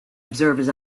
observers